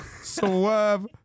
Swerve